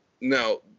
Now